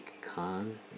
Khan